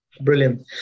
Brilliant